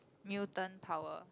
Newton tower